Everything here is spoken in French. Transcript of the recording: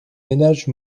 ménages